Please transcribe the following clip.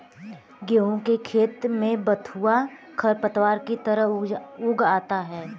गेहूँ के खेत में बथुआ खरपतवार की तरह उग आता है